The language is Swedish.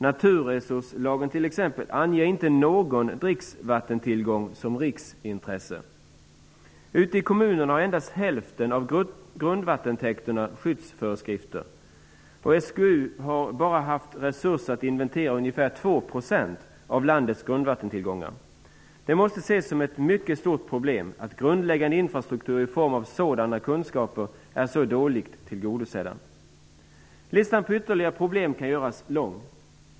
Naturresurslagen anger t.ex. inte någon dricksvattentillgång som riksintresse. Ute i kommunerna har endast hälften av grundvattentäkterna skyddsföreskrifter. SGU har bara haft resurser att inventera ungefär 2 % av landets grundvattentillgångar. Det måste ses som ett mycket stort problem att grundläggande infrastruktur i form av sådan kunskap är så dålig. Listan på ytterligare problem kan göras lång.